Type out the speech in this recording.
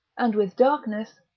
and, with darkness,